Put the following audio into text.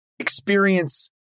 experience